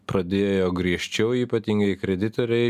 pradėjo griežčiau ypatingai kreditoriai